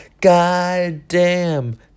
goddamn